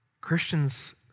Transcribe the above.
Christians